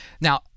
Now